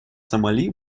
сомали